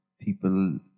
people